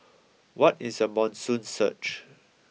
what is a monsoon surge